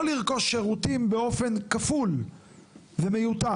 שלא לרכוש שירותים באופן כפול ומיותר.